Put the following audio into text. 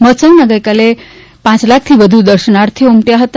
મહોત્સવમાં ગઈકાલે પાંચ લાખથી વધુ દર્શનાર્થીઓ ઉમટ્યા હતા